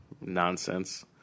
Nonsense